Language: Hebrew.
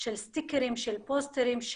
של סטיקרים, של פוסטרים,